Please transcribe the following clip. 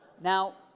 Now